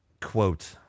quote